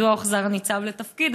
מדוע הוחזר הניצב לתפקיד?